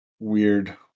weird